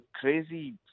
crazy